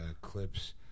clips